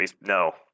No